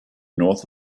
north